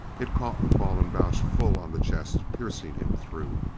it caught the fallen balch full on the chest, piercing him through.